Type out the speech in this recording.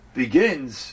begins